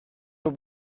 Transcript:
will